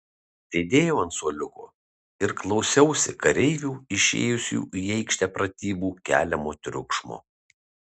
sėdėjau ant suoliuko ir klausiausi kareivių išėjusių į aikštę pratybų keliamo triukšmo